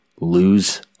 lose